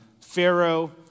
Pharaoh